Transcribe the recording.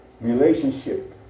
relationship